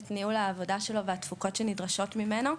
את ניהול העבודה שלו והתפוקות שנדרשות ממנו.